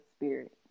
spirit